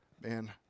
man